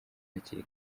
hakiri